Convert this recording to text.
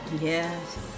yes